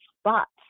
spots